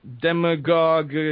demagogue